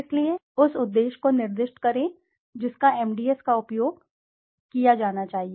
इसलिए उस उद्देश्य को निर्दिष्ट करें जिसका एमडीएस का उपयोग किया जाना चाहिए